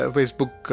Facebook